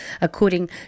according